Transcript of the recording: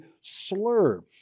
slur